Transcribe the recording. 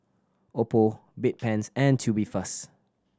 Oppo Bedpans and Tubifast